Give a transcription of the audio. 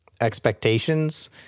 expectations